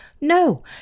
No